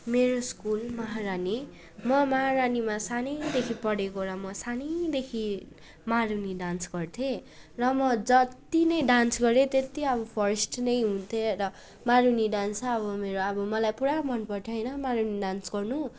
मेरो स्कुल महारानी म महारानीमा सानैदेखि पढेको र म सानैदेखि मारुनी डान्स गर्थेँ र म जत्ति नै डान्स गऱ्यो तेति अब फर्स्ट नै हुन्थेँ र मारुनी डान्स चाहिँ अब मेरो अब मलाई पुरा मन पर्थ्यो होइन मारुनी डान्स गर्नु